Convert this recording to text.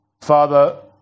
Father